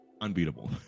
unbeatable